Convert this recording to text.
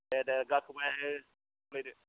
दे दे जाथ'बाय दे